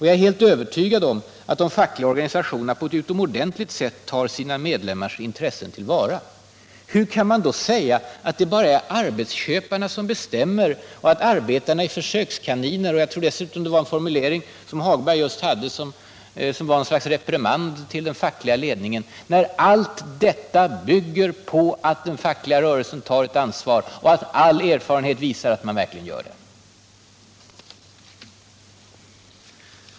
Jag är helt övertygad om att de fackliga organisationerna på ett utomordentligt sätt tar sina medlemmars intressen till vara. Hur kan man då säga att det bara är arbetsköparna som bestämmer och att arbetarna är försökskaniner? Jag tror dessutom att Hagberg använde en formulering som var ett slags reprimand till den fackliga ledningen. Vår arbetsmiljöpolitik bygger på att den fackliga rörelsen tar ett ansvar, och all erfarenhet visar att den verkligen gör det.